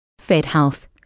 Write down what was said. FedHealth